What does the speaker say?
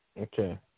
Okay